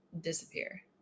disappear